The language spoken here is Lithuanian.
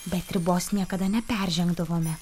bet ribos niekada neperžengdavome